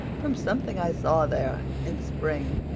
from something i saw there in spring.